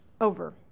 over